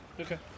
Okay